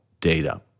data